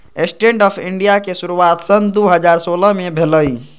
stand up India के शुरुआत सन दू हज़ार सोलह में भेलइ